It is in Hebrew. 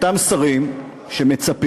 אותם שרים שמצפים,